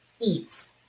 eats